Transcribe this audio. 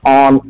on